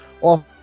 off